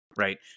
Right